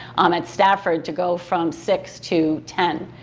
um at stafford to go from six to ten.